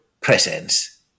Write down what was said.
presence